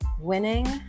winning